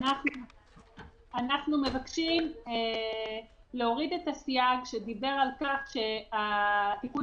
אנחנו מבקשים להוריד את הסיג שדיבר על כך שהתיקון